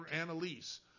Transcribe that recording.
Annalise